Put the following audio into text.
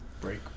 Break